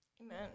Amen